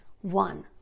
one